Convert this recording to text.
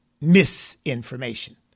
misinformation